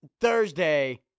Thursday